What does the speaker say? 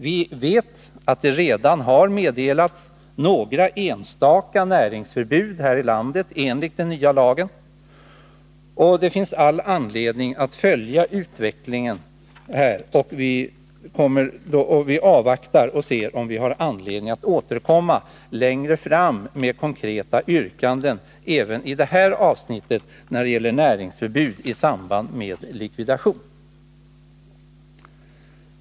Vi vet att det redan har meddelats några enstaka näringsförbud här i landet enligt den nya lagen, och det finns all anledning att följa utvecklingen härvidlag. Vi avvaktar alltså och ser om vi har anledning att återkomma längre fram med konkreta yrkanden när det gäller näringsförbud i samband med likvidation.